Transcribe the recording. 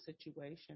situation